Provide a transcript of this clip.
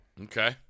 Okay